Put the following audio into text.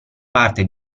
parte